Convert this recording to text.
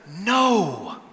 no